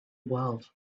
world